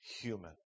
human